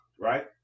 right